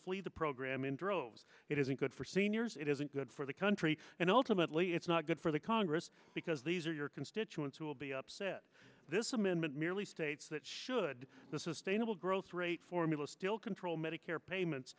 flee the program in droves it isn't good for seniors it isn't good for the country and ultimately it's not good for the congress because these are your constituents who will be upset this amendment merely states that should the sustainable growth rate formula still control medicare payments